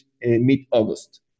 mid-August